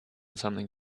something